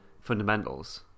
fundamentals